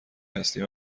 هستیم